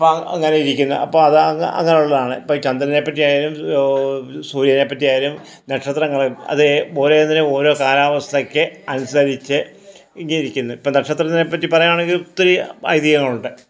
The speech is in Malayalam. അപ്പം അങ്ങനെ ഇരിക്കുന്ന അപ്പം അത് അങ്ങനെ ഉള്ളതാണ് ഇപ്പോൾ ഈ ചന്ദ്രനെ പറ്റി ആയാലും സൂര്യനെ പറ്റി ആയാലും നക്ഷത്രങ്ങളെ അതേ പോലെ തന്നെ ഓരോ കാലാവസ്ഥയ്ക്ക് അനുസരിച്ച് ഇരിക്കുന്നു ഇപ്പോൾ നക്ഷത്രത്തിനെ പറ്റി പറയുകയാണെങ്കിൽ ഒത്തിരി ഐതിഹ്യങ്ങളുണ്ട്